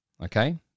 okay